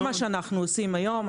זה בדיוק מה שאנחנו עושים היום.